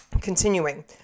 continuing